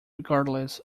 regardless